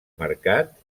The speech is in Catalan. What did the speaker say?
mercat